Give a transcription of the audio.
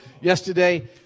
yesterday